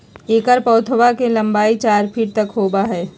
एकर पौधवा के लंबाई चार फीट तक होबा हई